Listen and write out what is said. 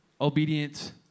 obedient